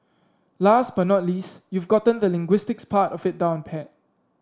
last but not least you've gotten the linguistics part of it down pat